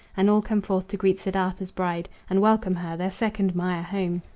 and all come forth to greet siddartha's bride, and welcome her, their second maya, home.